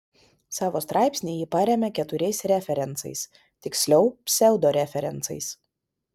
savo straipsnį ji paremia keturiais referencais tiksliau pseudo referencais